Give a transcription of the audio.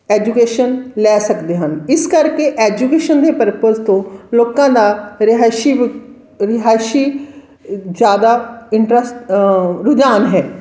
education ਲੈ ਸਕਦੇ ਹਨ ਇਸ ਕਰਕੇ ਐਜੂਕੇਸ਼ਨ ਦੇ ਪਰਪਸ ਤੋਂ ਲੋਕਾਂ ਦਾ ਰਿਹਾਇਸ਼ੀ ਵਿ ਰਿਹਾਇਸ਼ੀ ਜ਼ਿਆਦਾ ਇੰਟਰਸ ਰੁਝਾਨ ਹੈ